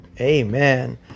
Amen